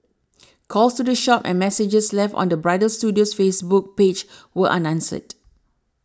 calls to the shop and messages left on the bridal studio's Facebook page were unanswered